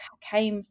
came